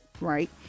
right